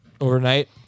Overnight